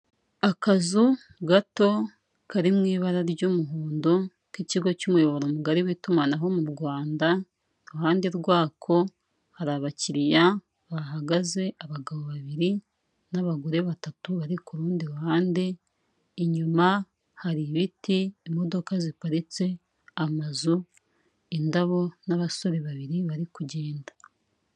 Akazu gato kari mu ibara ry'umuhondo k'ikigo cy'umuyoboro mugari w'itumanaho mu Rwanda, iruhande rwako hari abakiriya bahagaze abagabo babiri n'abagore batatu bari ku rundi ruhande, inyuma hari ibiti, imodoka ziparitse, amazu, indabo n'abasore babiri bari kugenda.